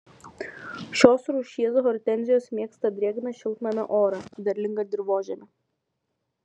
šios rūšies hortenzijos mėgsta drėgną šiltnamio orą derlingą dirvožemį